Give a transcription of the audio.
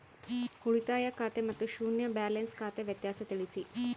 ಉಳಿತಾಯ ಖಾತೆ ಮತ್ತೆ ಶೂನ್ಯ ಬ್ಯಾಲೆನ್ಸ್ ಖಾತೆ ವ್ಯತ್ಯಾಸ ತಿಳಿಸಿ?